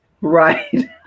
Right